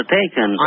taken